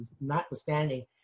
notwithstanding